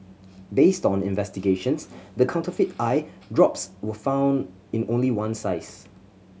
based on investigations the counterfeit eye drops were found in only one size